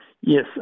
Yes